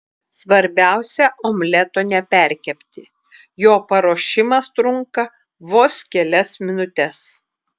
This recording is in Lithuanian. svarbiausia omleto neperkepti jo paruošimas trunka vos kelias minutes